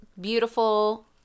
beautiful